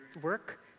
work